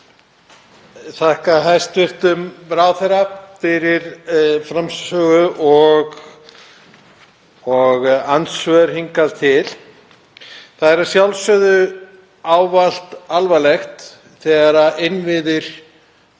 þakka hæstv. ráðherra fyrir framsögu og andsvör hingað til. Það er að sjálfsögðu ávallt alvarlegt þegar innviðir